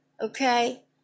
Okay